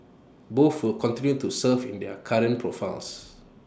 both will continue to serve in their current profiles